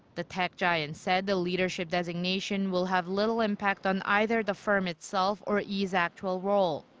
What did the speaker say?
the tech giant said the leadership designation will have little impact on either the firm itself or lee's actual role.